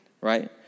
right